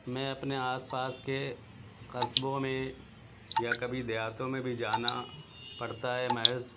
میں اپنے آس پاس کے قصبوں میں یا کبھی دیہاتوں میں بھی جانا پڑتا ہے محض